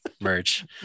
merch